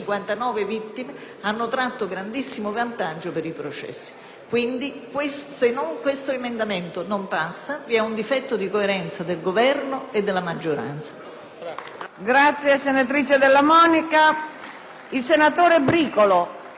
Quindi, se tale emendamento non passerà, vi è un difetto di coerenza del Governo e della maggioranza.